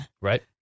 Right